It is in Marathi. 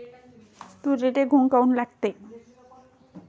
तुरीले घुंग काऊन लागते?